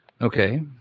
Okay